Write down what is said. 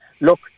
look